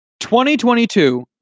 2022